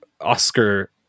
Oscar